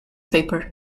paper